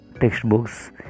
textbooks